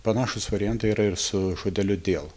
panašūs variantai yra ir su žodeliu dėl